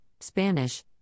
Spanish